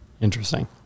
Interesting